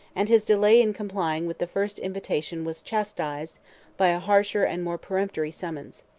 and his delay in complying with the first invitation was chastised by a harsher and more peremptory summons.